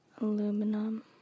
Aluminum